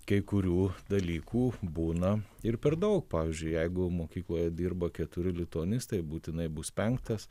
kai kurių dalykų būna ir per daug pavyzdžiui jeigu mokykloje dirba keturi lituanistai būtinai bus penktas